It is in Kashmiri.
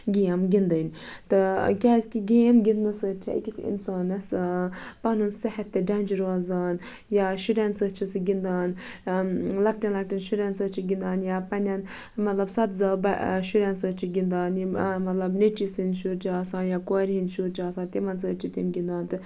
گیم گِندٕنۍ تہٕ کیازِ کہِ گیم گِندنہٕ سۭتۍ چھِ أکِس اِنسانَس پَنُن صیحت تہِ دَنجہِ روزان یا شُرٮ۪ن سۭتۍ چھُ سُہ گِندان لَکٹٮ۪ن لَکٹٮ۪ن شُرٮ۪ن سۭتۍ چھُ گِندان یا پَننٮ۪ن مطلب سبزا شُرٮ۪ن سۭتۍ چھُ گِندان یِم مطلب نیچِی سٕندۍ شُرۍ چھِ آسان یا کۄرِ ہٕندۍ شُرۍ چھِ آسان تِمَن سۭتۍ چھِ تِم گِندان